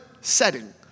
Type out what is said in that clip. setting